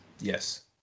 Yes